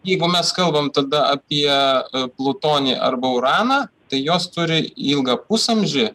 jeigu mes kalbam tada apie plutonį arba uraną tai jos turi ilgą pusamžį